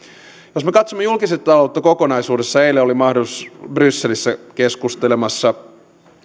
jos me katsomme julkista taloutta kokonaisuudessaan eilen oli mahdollisuus brysselissä olla keskustelemassa